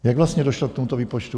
Jak vlastně došlo k tomuto výpočtu?